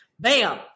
bam